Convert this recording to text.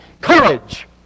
courage